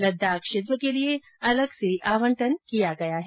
लद्दाख क्षेत्र के लिए अलग से आवंटन किया गया है